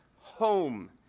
home